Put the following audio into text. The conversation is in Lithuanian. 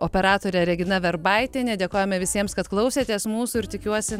operatorė regina verbaitienė dėkojame visiems kad klausėtės mūsų ir tikiuosi